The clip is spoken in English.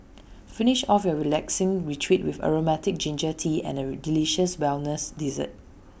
finish off your relaxing retreat with Aromatic Ginger Tea and A delicious wellness dessert